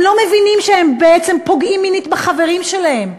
הם לא מבינים שהם בעצם פוגעים מינית בחברים שלהם.